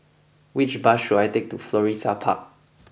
which bus should I take to Florissa Park